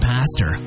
Pastor